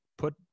Put